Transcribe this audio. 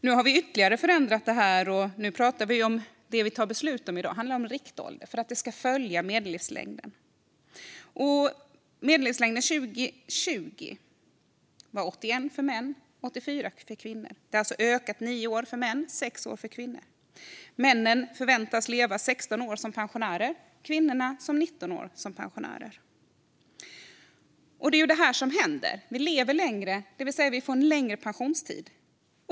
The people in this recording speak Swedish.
Nu har vi förändrat det ytterligare. Och det vi pratar om i dag och ska fatta beslut om handlar om riktålder, att det ska följa medellivslängden. År 2020 var medellivslängden 81 år för män och 84 år för kvinnor. Den har alltså höjts med 9 år för män och 6 år för kvinnor. Männen väntas leva i 16 år som pensionärer, och kvinnorna väntas leva i 19 år som pensionärer. Vi lever längre, det vill säga får en längre pensionstid.